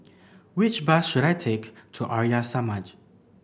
which bus should I take to Arya Samaj